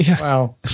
Wow